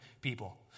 people